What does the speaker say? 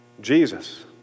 Jesus